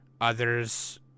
Others